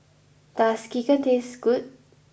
does Sekihan taste good